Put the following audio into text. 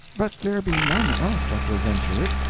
but there be none else that will venture it,